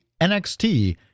NXT